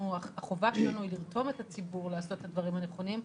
שהחובה שלנו היא לרתום את הציבור לעשות את הדברים הנכונים,